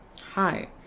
hi